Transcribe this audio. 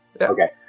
Okay